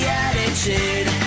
attitude